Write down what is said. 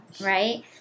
right